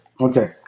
Okay